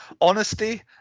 honesty